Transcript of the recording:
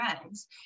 friends